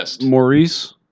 Maurice